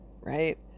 right